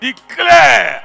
Declare